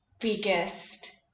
biggest